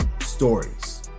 stories